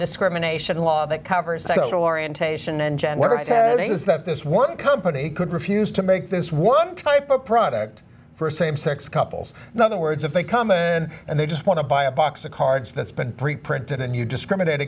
nondiscrimination law that covers sexual orientation and gender headings that this one company could refuse to make this one type of product for same sex couples another words if they come in and they just want to buy a box of cards that's been preprinted and you discriminate